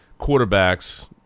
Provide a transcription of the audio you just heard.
quarterbacks